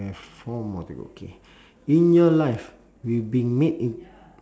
four more to go okay in your life we been made in